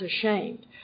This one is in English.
ashamed